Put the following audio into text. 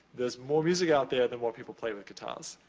there's more music out there than what people play with guitars,